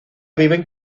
viven